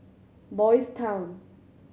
Boys' Town